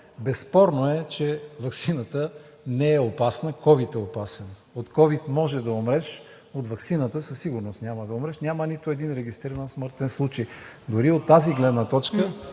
безспорно е, че ваксината не е опасна – ковид е опасен! От ковид можеш да умреш, от ваксината със сигурност няма да умреш. Няма нито един регистриран смъртен случай. (Реплики.) Дори от тази гледна точка,